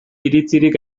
iritzirik